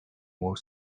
more